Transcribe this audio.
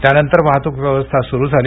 त्यानंतर वाहतूक व्यवस्था सुरु झाली